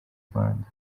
rwanda